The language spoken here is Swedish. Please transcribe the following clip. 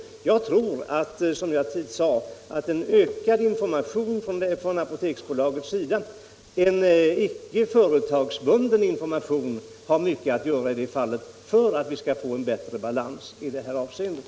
Jag tror, som sagt, att en ökad information från Apoteksbolagets sida, en icke företagsbunden information, kan göra mycket för att vi skall få en bättre balans i det här avseendet.